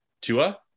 Tua